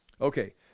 Okay